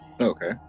Okay